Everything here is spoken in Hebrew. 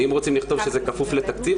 ואם רוצים לכתוב שזה כפוף לתקציב,